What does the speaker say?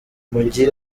umugi